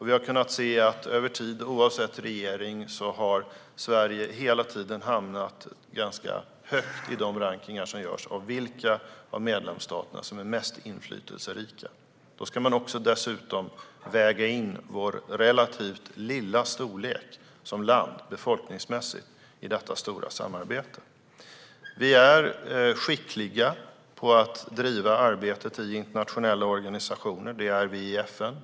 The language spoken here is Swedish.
Vi har kunnat se att Sverige, oavsett regering, hela tiden har hamnat ganska högt i rankningarna av vilka medlemsstater som är mest inflytelserika. Man ska dessutom väga in vårt lands befolkningsmässigt relativt ringa storlek i detta stora samarbete. Vi är skickliga på att driva arbetet i internationella organisationer - i FN, i EU och i andra sammanhang.